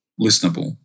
listenable